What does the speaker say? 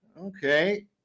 Okay